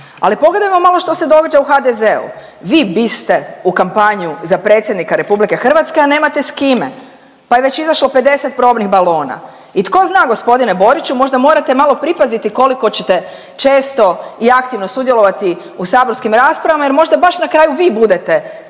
Ali pogledajmo malo što se događa u HS-u. Vi biste u kampanju za predsjednika RH, a nemate s kime pa je već izašlo 50 probnih balona. I tko zna, g. Boriću, možda morate malo pripaziti koliko ćete često i aktivno sudjelovati u saborskim raspravama jer možda baš na kraju vi budete taj kandidat